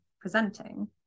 presenting